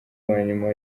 wanyuma